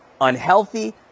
unhealthy